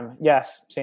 Yes